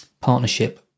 partnership